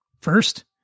First